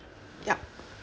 yup